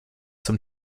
zum